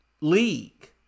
league